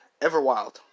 Everwild